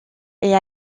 est